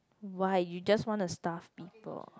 why you just wanna stuff people